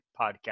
Podcast